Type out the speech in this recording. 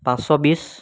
পাঁচশ বিছ